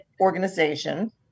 organization